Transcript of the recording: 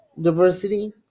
diversity